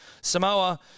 Samoa